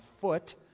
foot